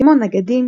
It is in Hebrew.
כמו נגדים,